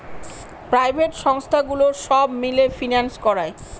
private সংস্থাগুলো সব মিলে ফিন্যান্স করায়